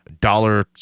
dollar